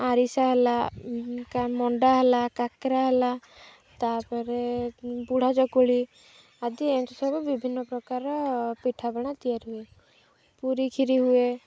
ଆରିସା ହେଲା ମଣ୍ଡା ହେଲା କାକେରା ହେଲା ତାପରେ ବୁଢ଼ା ଚକୁଳି ଆଦି ଏମିତି ସବୁ ବିଭିନ୍ନ ପ୍ରକାରର ପିଠାପଣା ତିଆରି ହୁଏ ପୁରୀ କ୍ଷିରୀ ହୁଏ